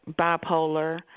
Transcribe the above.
bipolar